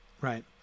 Right